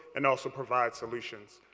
and also provide solutions.